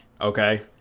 okay